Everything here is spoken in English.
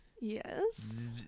Yes